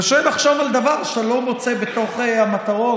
קשה לחשוב על דבר שאתה לא מוצא בתוך המטרות